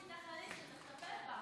יש אלימות מתנחלים שצריך לטפל בה.